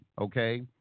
okay